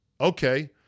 Okay